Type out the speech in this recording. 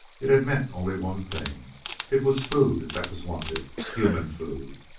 it had meant only one thing it was food that was wanted human food!